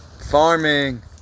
Farming